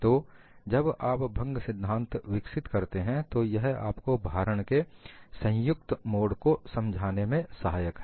तो जब आप भंग सिद्धांत विकसित करते हैं तो यह आपको भारण के संयुक्त मोड को समझाने में सहायक है